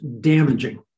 damaging